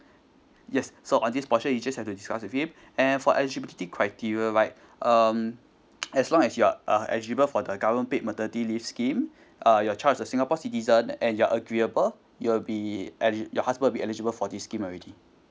yes so on this portion you just have to discuss with him and for eligibility criteria right um as long as you are uh eligible for the government paid maternity leave scheme uh your child is a singapore citizen and your agreeable you'll be eli~ your husband be eligible for this scheme already